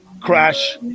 Crash